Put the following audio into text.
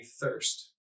thirst